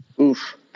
Oof